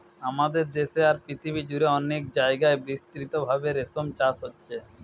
আমাদের দেশে আর পৃথিবী জুড়ে অনেক জাগায় বিস্তৃতভাবে রেশম চাষ হচ্ছে